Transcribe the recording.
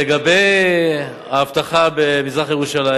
לגבי האבטחה במזרח-ירושלים,